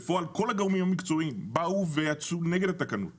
בפועל כל הגורמים המקצועיים יצאו נגד התקנות,